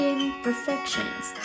Imperfections